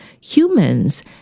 humans